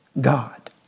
God